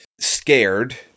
scared